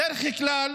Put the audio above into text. בדרך כלל,